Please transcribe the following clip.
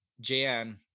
Jan